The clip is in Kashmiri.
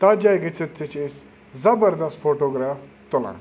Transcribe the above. تَتھ جایہِ گٔژھِتھ تہِ چھِ أسۍ زَبردَست فوٹوگرٛاف تُلان